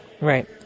Right